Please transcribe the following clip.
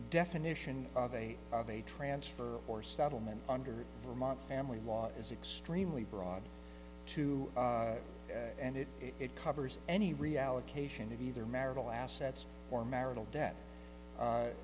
definition of a of a transfer or settlement under a four month family law is extremely broad too and it it covers any reallocation of either marital assets or marital debt